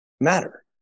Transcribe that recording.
matter